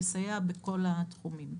לסייע בכל התחומים.